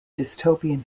dystopian